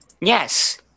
Yes